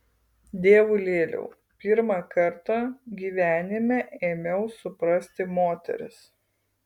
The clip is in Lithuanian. dievulėliau pirmą kartą gyvenime ėmiau suprasti moteris